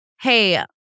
Hey